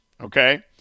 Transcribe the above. okay